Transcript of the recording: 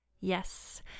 Yes